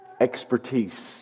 expertise